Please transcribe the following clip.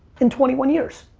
in twenty one years.